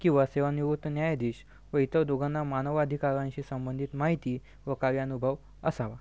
किंवा सेवानिवृत्त न्यायाधीश व इतर दोघांना मानव अधिकारांशी संबंधित माहिती व कार्यानुभव असावा